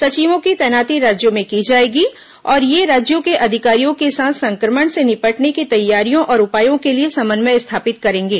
सचिवों की तैनाती राज्यों में की जाएगी और ये राज्यों के अधिकारियों के साथ संक्रमण से निपटने की तैयारियों और उपायों के लिए समन्वय स्थापित करेंगे